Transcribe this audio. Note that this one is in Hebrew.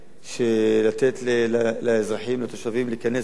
לתת לאזרחים, לתושבים להיכנס בלי גבייה.